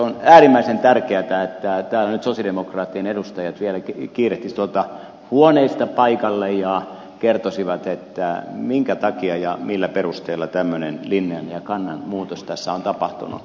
on äärimmäisen tärkeätä että täällä nyt sosialidemokraattien edustajat vielä kiirehtisivät tuolta huoneista paikalle ja kertoisivat minkä takia ja millä perusteella tämmöinen linjan ja kannan muutos tässä on tapahtunut